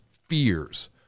fears